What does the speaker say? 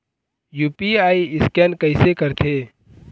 UPI scan कइसे करथे?